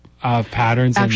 patterns